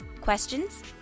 Questions